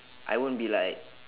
I won't be like